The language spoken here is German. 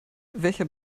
welcher